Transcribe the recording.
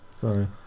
Sorry